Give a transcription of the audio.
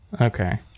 okay